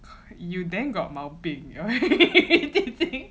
you then got 毛病